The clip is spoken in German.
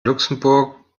luxemburg